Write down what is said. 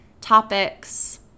topics